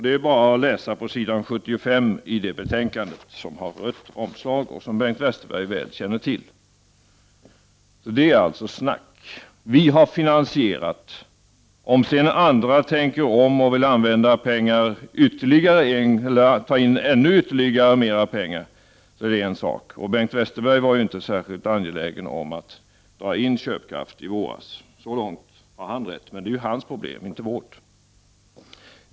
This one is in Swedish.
Det är bara att läsa på s. 75 i det betänkandet, som har rött omslag och som Bengt Westerberg känner väl till. Det Bengt Westerberg sade är alltså snack. Vi har finansierat. Om andra tänker om och vill ta in ännu mer pengar är det en annan sak. Bengt Westerberg var inte särskilt angelägen om att dra in köpkraft i våras. Så långt har han rätt. Men det är hans problem, inte vårt.